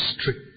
strict